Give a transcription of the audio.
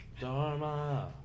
Dharma